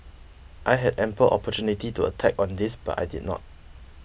I had ample opportunity to attack on this but I did not